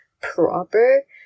proper